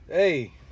Hey